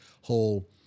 whole